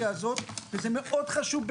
זה לא צריך.